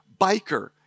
Biker